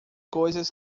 coisas